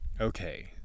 okay